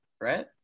right